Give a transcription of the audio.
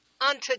Unto